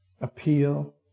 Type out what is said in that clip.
appeal